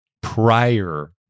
prior